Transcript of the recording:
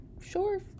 sure